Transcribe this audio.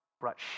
brought